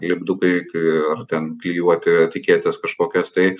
lipdukai ir ten klijuoti etiketes kažkokias tai